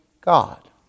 God